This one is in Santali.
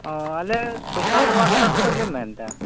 ᱚᱻ ᱟᱞᱮ ᱥᱚᱥᱟᱞ ᱚᱣᱟᱨᱠᱟᱨ ᱠᱷᱚᱡ ᱞᱮ ᱢᱮᱱ ᱮᱫᱟ